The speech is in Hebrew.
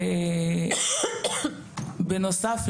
בנוסף,